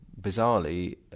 bizarrely